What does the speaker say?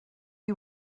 you